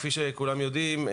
כפי שכולם יודעים,